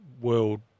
world